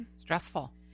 stressful